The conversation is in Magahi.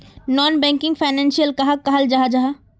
नॉन बैंकिंग फैनांशियल कहाक कहाल जाहा जाहा?